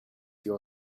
your